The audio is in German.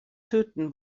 töten